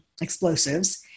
explosives